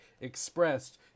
expressed